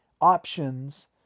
options